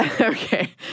Okay